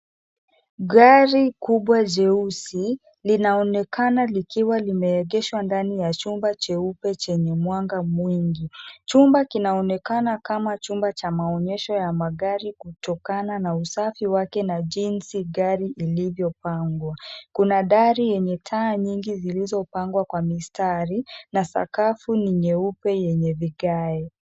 Gari kubwa jeusi, linaonekana likiwa limeegeshwa ndani ya chumba cheupe chenye mwanga mwingi. Chumba kinaonekana kama chumba cha maonyesho ya magari kutokana na usafi wake na jinsi gari ilivyopangwa. Kuna dari yenye taa nyingi zilizopangwa kwa mistari, na sakafu ni nyeupe yenye vigae.